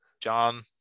John